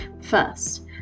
First